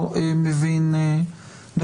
--- לא,